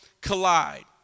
collide